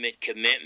commitment